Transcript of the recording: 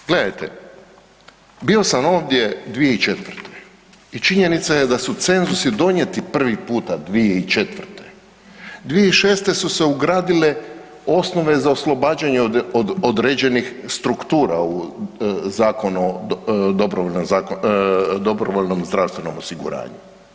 Gledajte bio sam ovdje 2004. i činjenica je da su cenzusi donijeti prvi puta 2004. 2006. su se ugradile osnove za oslobađanje od određenih struktura u Zakon o dobrovoljnom zdravstvenom osiguranju.